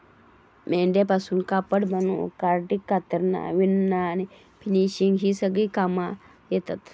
मेंढ्यांपासून कापड बनवूक कार्डिंग, कातरना, विणना आणि फिनिशिंग ही सगळी कामा येतत